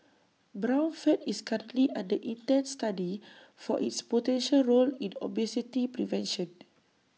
brown fat is currently under intense study for its potential role in obesity prevention